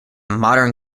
modern